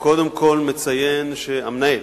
המנהל.